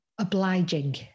obliging